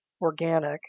organic